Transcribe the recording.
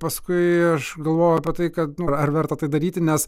paskui aš galvojau apie tai kad nu ar verta tai daryti nes